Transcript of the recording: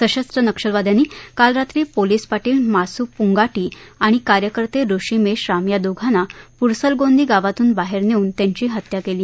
सशस्त्र नक्षलवाद्यांनी काल रात्री पोलिस पाटील मासू पूंगाटी आणि कार्यकर्ते ऋषी मेश्राम या दोघांना प्रसलगोंदी गावातून बाहेर नेऊन त्यांची हत्या केली